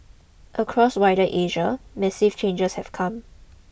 across wider Asia massive changes have come